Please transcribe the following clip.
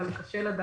אבל קשה לדעת